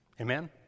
Amen